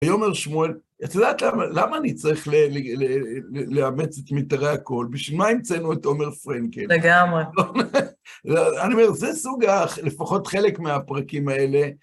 ויאמר שמואל... את יודעת למה אני צריך לאמץ את מיתרי הקול? בשביל מה המצאנו את עומר פרנקל? לגמרי. אני אומר, זה סוג, לפחות חלק מהפרקים האלה.